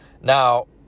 Now